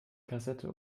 kassette